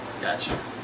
Gotcha